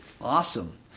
awesome